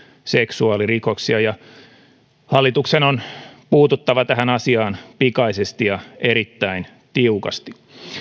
seksuaalirikoksia hallituksen on puututtava tähän asiaan pikaisesti ja erittäin tiukasti